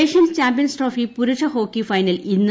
Asian champions trophy പുരുഷ hockey final ഇന്ന്